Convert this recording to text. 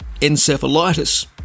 encephalitis